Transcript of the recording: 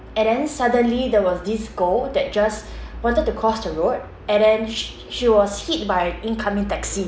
and then suddenly there was this girl that just wanted to cross the road and then sh~ she was hit by incoming taxi